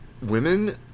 women